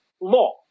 law